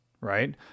right